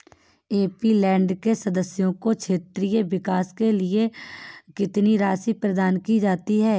MP land के सदस्यों को क्षेत्रीय विकास के लिए कितनी राशि प्रदान की जाती है?